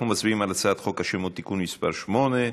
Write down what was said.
אנחנו מצביעים על הצעת חוק השמות (תיקון מס' 8)